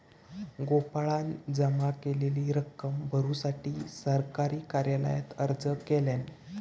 गोपाळान जमा केलेली रक्कम भरुसाठी सरकारी कार्यालयात अर्ज केल्यान